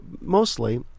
mostly